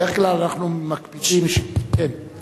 בדרך כלל אנחנו מקפידים לתת,